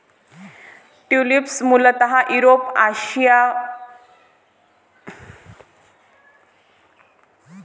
tulips मूळतः दक्षिण युरोपपासून मध्य आशियापर्यंत पसरलेल्या बँडमध्ये आढळतात